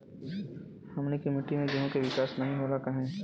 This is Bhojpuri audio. हमनी के मिट्टी में गेहूँ के विकास नहीं होला काहे?